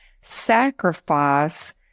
sacrifice